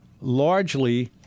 largely